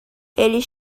ele